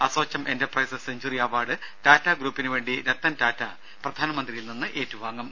ASSOCHAM enterprise century award Tata ഗ്രൂപ്പിന് വേണ്ടി രത്തൻടാറ്റ പ്രധാനമന്ത്രിയിൽ നിന്ന് ഏറ്റുവാങ്ങും